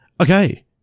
Okay